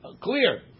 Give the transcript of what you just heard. clear